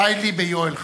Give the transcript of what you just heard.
די לי ביואל חסון.